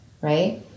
right